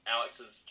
Alex's